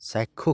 চাক্ষুষ